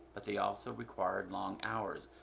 but they also required long hours.